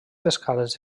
escales